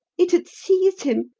it had seized him,